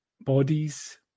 bodies